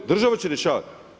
Država će rješavati?